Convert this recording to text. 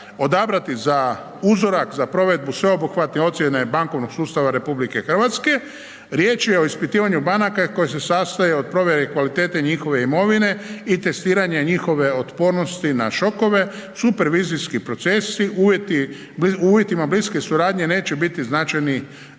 odabrati za uzorak, za provedbu sveobuhvatne ocjene bankovnog sustava RH. Riječ je o ispitivanju banaka koje se sastoje od provjere kvalitete njihove imovine i testiranja njihove otpornosti na šokove, supervizijski procesi u uvjetima bliske suradnje neće biti značajno